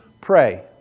pray